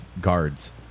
guards